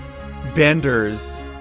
benders